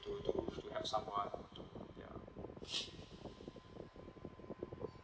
to to to help someone to ya